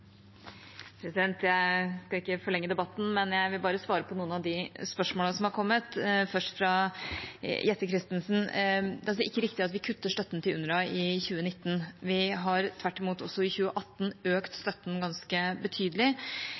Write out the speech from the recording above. Jeg skal ikke forlenge debatten, men jeg vil bare svare på noen av de spørsmålene som er kommet. Først til Jette F. Christensen: Det er ikke riktig at vi kutter støtten til UNRWA i 2019. Vi har tvert imot også i 2018 økt støtten ganske betydelig.